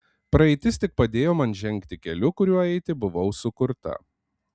praeitis tik padėjo man žengti keliu kuriuo eiti buvau sukurta